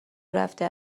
رفته